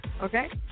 okay